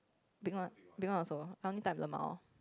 big one big one also I only type lmao